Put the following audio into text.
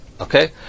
Okay